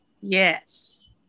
Yes